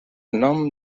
nom